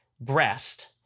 breast